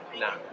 No